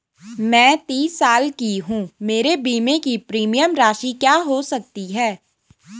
मैं तीस साल की हूँ मेरे बीमे की प्रीमियम राशि क्या हो सकती है?